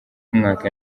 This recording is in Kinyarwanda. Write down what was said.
umwaka